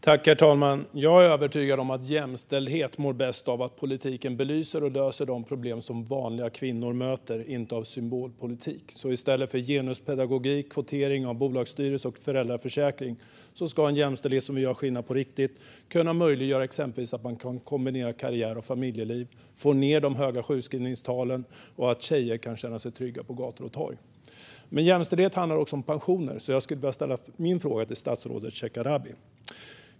Herr talman! Jag är övertygad om att jämställdheten mår bäst av att politiken belyser och löser de problem som vanliga kvinnor möter, inte av symbolpolitik. Så i stället för genuspedagogik, kvotering i bolagsstyrelser och föräldraförsäkring ska en jämställdhet som vill göra skillnad på riktigt möjliggöra exempelvis att karriär och familjeliv kan kombineras, att man får ned de höga sjukskrivningstalen och att tjejer kan känna sig trygga på gator och torg. Men jämställdhet handlar också om pensioner, så jag skulle vilja ställa min fråga till statsrådet Shekarabi.